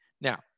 Now